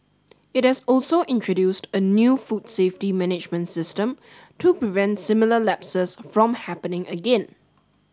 it has also introduced a new food safety management system to prevent similar lapses from happening again